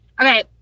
Okay